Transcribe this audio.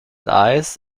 eyes